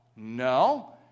No